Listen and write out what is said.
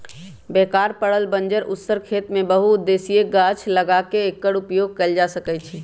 बेकार पड़ल बंजर उस्सर खेत में बहु उद्देशीय गाछ लगा क एकर उपयोग कएल जा सकै छइ